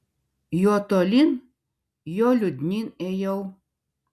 juo tolyn juo liūdnyn ėjau